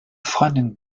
freundin